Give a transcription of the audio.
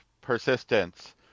persistence